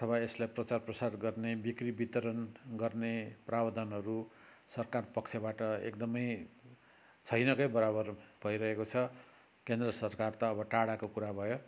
अथवा यसलाई प्रचार प्रसार गर्ने बिक्री वितरण गर्ने प्रावधानहरू सरकार पक्षबाट एकदमै छैनकै बराबर भइरहेको छ केन्द्र सरकार त अब टाढाको कुरा भयो